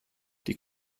die